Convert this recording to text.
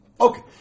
Okay